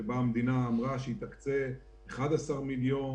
שבו המדינה אמרה שהיא תקצה 11 מיליון,